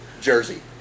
Jersey